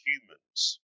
humans